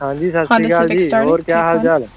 ਹਾਂਜੀ ਸਤਿ ਸ਼੍ਰੀ ਅਕਾਲ ਜੀ ਹੋਰ ਕਿਆ ਹਾਲ ਚਾਲ